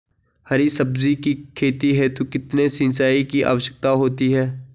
हरी सब्जी की खेती हेतु कितने सिंचाई की आवश्यकता होती है?